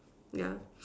yeah